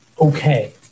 okay